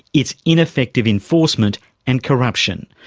it's ineffective enforcement and corruption.